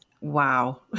Wow